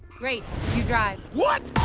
great. you drive. what!